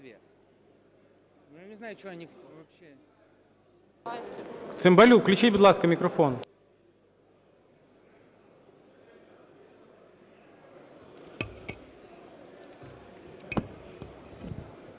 Цимбалюку включіть, будь ласка, мікрофон.